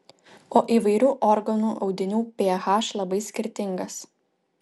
o įvairių organų audinių ph labai skirtingas